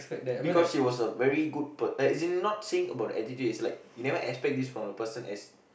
because he was a very good per~ like as in not saying about the attitude it's like you never expect this from a person as